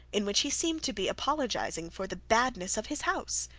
in which he seemed to be apologising for the badness of his house.